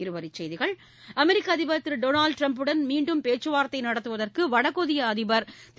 இருவரிச் செய்திகள் அமெரிக்க அதிபர் திரு டோனால்டு ட்ரம்புடன் மீன்டும் பேச்சுவார்த்தை நடத்துவதற்கு வடகொரிய அதிபர் திரு